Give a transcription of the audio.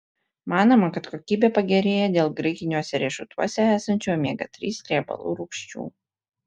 manoma kad kokybė pagerėja dėl graikiniuose riešutuose esančių omega trys riebalų rūgščių